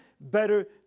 better